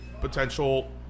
potential